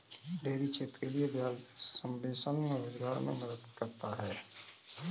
dairy क्षेत्र के लिये ब्याज सबवेंशन रोजगार मे मदद करता है